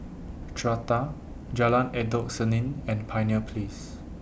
Strata Jalan Endut Senin and Pioneer Place